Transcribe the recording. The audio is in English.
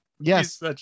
Yes